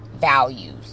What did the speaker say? values